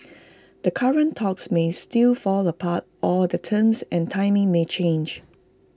the current talks may still fall apart or the terms and timing may change